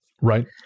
Right